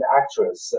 actress